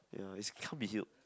ya is can't be healed